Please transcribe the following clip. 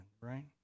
right